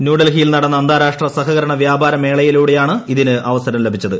ന്യൂഡൽഹിയിൽ നടന്ന അന്താരാഷ്ട്ര സഹകരണ വ്യാപാര മേളയിലൂടെയാണ് ഇതിന് അവസരം ലഭിച്ചത്